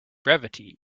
brevity